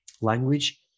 language